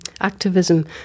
activism